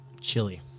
chili